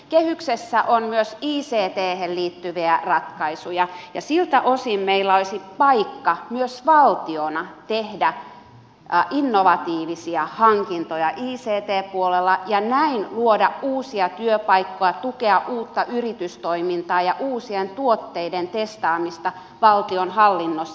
kehyksessä on myös icthen liittyviä ratkaisuja ja siltä osin meillä olisi paikka myös valtiona tehdä innovatiivisia hankintoja ict puolella ja näin luoda uusia työpaikkoja tukea uutta yritystoimintaa ja uusien tuotteiden testaamista valtionhallinnossa